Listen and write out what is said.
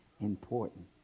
important